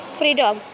freedom